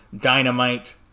Dynamite